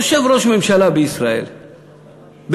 יושב ראש ממשלה בישראל במשרדו,